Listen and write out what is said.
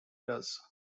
does